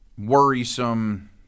worrisome